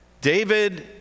David